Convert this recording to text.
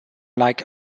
like